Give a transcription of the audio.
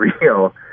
real